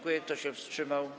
Kto się wstrzymał?